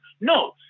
No